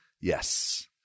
Yes